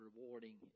rewarding